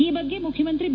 ಈ ಬಗ್ಗೆ ಮುಖ್ಯಮಂತ್ರಿ ಬಿ